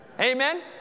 Amen